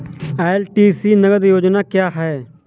LTC नगद योजना क्या है?